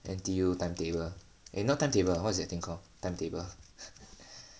N_T_U timetable and eh not timetable what is that thing called timetable